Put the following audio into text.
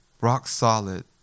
rock-solid